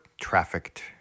trafficked